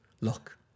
Look